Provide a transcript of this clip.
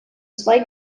zwei